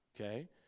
Okay